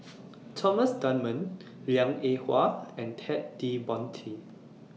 Thomas Dunman Liang Eng Hwa and Ted De Ponti